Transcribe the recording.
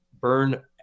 burn